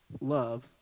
love